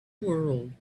world